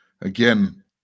again